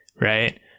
right